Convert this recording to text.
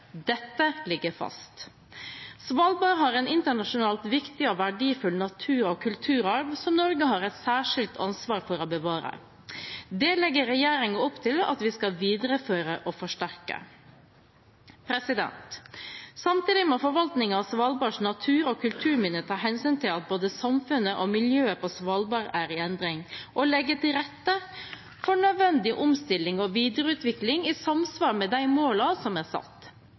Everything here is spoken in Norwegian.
Dette ligger fast. Svalbard har en internasjonalt viktig og verdifull natur- og kulturarv som Norge har et særskilt ansvar for å bevare. Det legger regjeringen opp til at vi skal videreføre og forsterke. Samtidig må forvaltningen av Svalbards natur- og kulturminner ta hensyn til at både samfunnet og miljøet på Svalbard er i endring, og legge til rette for nødvendig omstilling og videreutvikling i samsvar med de målene som er satt.